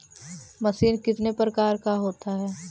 Machine कितने प्रकार का होता है?